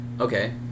Okay